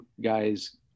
guys